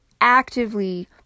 actively